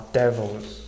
devils